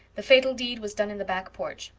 the fatal deed was done in the back porch.